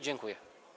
Dziękuję.